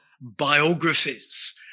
biographies